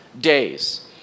days